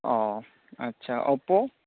ᱚᱸᱻ ᱟᱪᱪᱷᱟ ᱚᱯᱚ